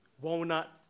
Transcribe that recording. Walnut